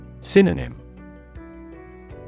Synonym